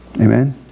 Amen